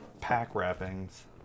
pack-wrappings